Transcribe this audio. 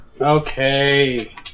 Okay